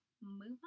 move